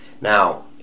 Now